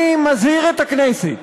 אני מזהיר את הכנסת: